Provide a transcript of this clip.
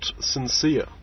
sincere